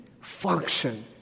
function